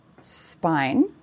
spine